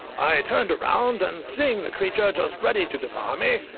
i turned round, and seeing the creature just ready to devour me,